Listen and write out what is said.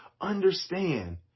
understand